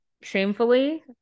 Shamefully